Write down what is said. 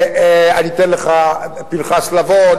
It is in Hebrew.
פנחס לבון,